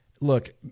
look